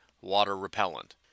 water-repellent